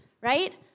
right